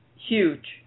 huge